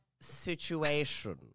situation